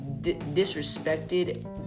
disrespected